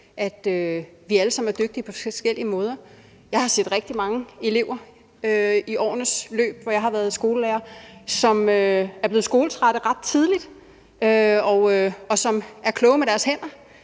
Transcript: at vi alle sammen er dygtige på forskellige måder. Jeg har set rigtig mange elever i årenes løb, hvor jeg har været skolelærer, som er blevet skoletrætte ret tidligt, og som er kloge med deres hænder